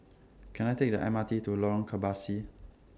Can I Take The M R T to Lorong Kebasi